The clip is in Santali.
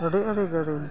ᱟᱹᱰᱤ ᱟᱹᱰᱤ ᱜᱟᱹᱰᱤ